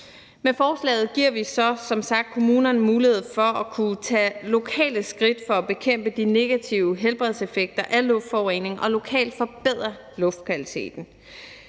Med forslaget giver vi som sagt kommunerne mulighed for at kunne tage lokale skridt for at bekæmpe de negative helbredseffekter af luftforureningen og for lokalt at forbedre luftkvaliteten.